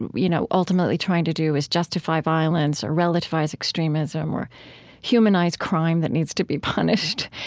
you know, ultimately trying to do is justify violence or relativize extremism, or humanize crime that needs to be punished.